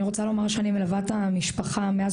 אני רוצה לומר שאני מלווה את המשפחה מאז